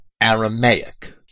Aramaic